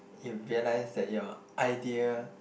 you realise that your idea